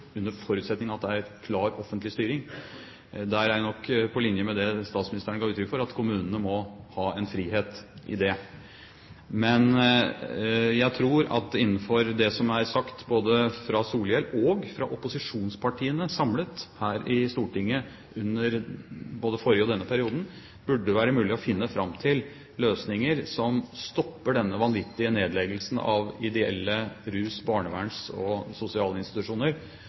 under forutsetning av at det er en klar offentlig styring. Der er jeg nok på linje med det statsministeren ga uttrykk for, at kommunene må ha en frihet i det. Men jeg tror at innenfor det som er sagt – både fra Solhjell og fra opposisjonspartiene samlet her i Stortinget under både den forrige og denne perioden – burde det være mulig å finne fram til løsninger som stopper denne vanvittige nedleggelsen av ideelle rus-, barneverns- og